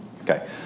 Okay